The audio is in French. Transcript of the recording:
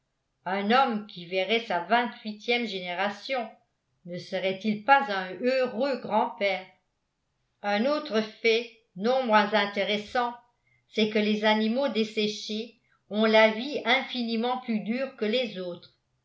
un homme qui verrait sa vingt-huitième génération ne serait-il pas un heureux grand-père un autre fait non moins intéressant c'est que les animaux desséchés ont la vie infiniment plus dure que les autres